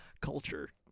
culture